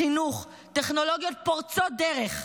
חינוך, טכנולוגיות פורצות דרך.